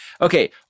Okay